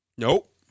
Nope